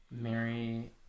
mary